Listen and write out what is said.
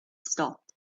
stopped